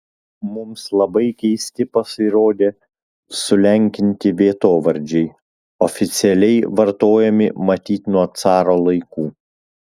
mums labai keisti pasirodė sulenkinti vietovardžiai oficialiai vartojami matyt nuo caro laikų